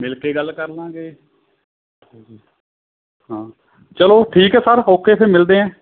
ਮਿਲ ਕੇ ਗੱਲ ਕਰ ਲਾਂਗੇ ਹਾਂ ਚਲੋ ਠੀਕ ਹੈ ਸਰ ਓਕੇ ਫਿਰ ਮਿਲਦੇ ਐਂ